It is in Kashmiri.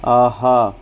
آہا